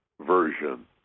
version